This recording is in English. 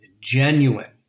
genuine